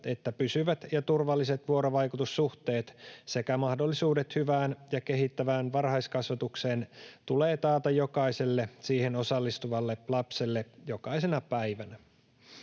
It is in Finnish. että pysyvät ja turvalliset vuorovaikutussuhteet sekä mahdollisuudet hyvään ja kehittävään varhaiskasvatukseen tulee taata jokaiselle siihen osallistuvalle lapselle jokaisena päivänä.